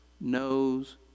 knows